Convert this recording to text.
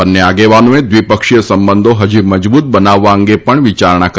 બંને આગેવાનોએ દ્વિપક્ષીય સંબંધો હજી મજબૂત બનાવવા અંગે પણ વિચારણા કરી